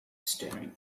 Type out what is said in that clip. staring